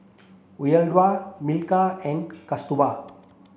Uyyalawada Milkha and Kasturba